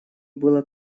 было